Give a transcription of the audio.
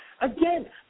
Again